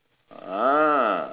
ah